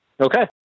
Okay